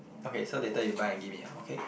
okay so later you buy and give me okay